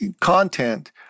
content